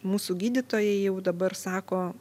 mūsų gydytojai jau dabar sako